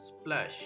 splash